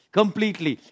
completely